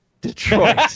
Detroit